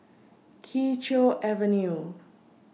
Kee Choe Avenue